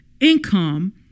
income